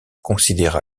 considéra